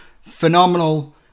phenomenal